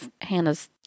Hannah's